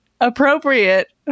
Appropriate